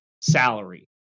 salary